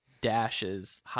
dashes